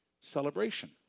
celebration